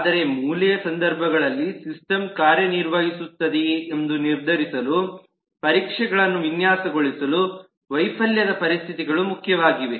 ಆದರೆ ಮೂಲೆಯ ಸಂದರ್ಭಗಳಲ್ಲಿ ಸಿಸ್ಟಮ್ ಕಾರ್ಯನಿರ್ವಹಿಸುತ್ತದೆಯೇ ಎಂದು ನಿರ್ಧರಿಸಲು ಪರೀಕ್ಷೆಗಳನ್ನು ವಿನ್ಯಾಸಗೊಳಿಸಲು ವೈಫಲ್ಯದ ಪರಿಸ್ಥಿತಿಗಳು ಮುಖ್ಯವಾಗಿವೆ